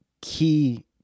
key